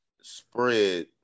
spread